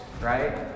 Right